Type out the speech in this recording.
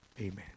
Amen